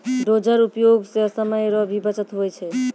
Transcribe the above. dozer उपयोग से समय रो भी बचत हुवै छै